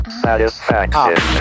satisfaction